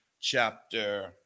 chapter